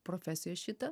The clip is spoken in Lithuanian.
profesiją šitą